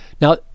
Now